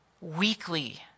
weekly